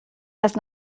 erst